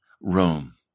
Rome